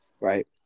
right